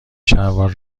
شلوار